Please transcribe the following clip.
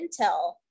intel